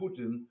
Putin